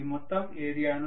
ఈ మొత్తం ఏరియాను